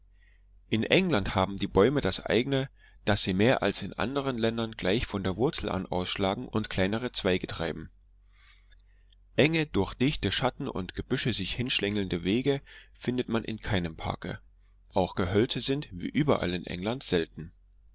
in england haben die bäume das eigne daß sie mehr als in anderen ländern gleich von der wurzel an ausschlagen und kleinere zweige treiben enge durch dichte schatten und gebüsche sich hinschlängelnde gänge findet man in keinem parke auch gehölze sind wie überall in england selten